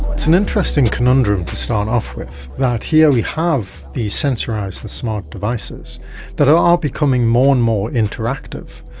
it's an interesting conundrum to start off with, that here we have these sensorised and smart devices that are becoming more and more interactive,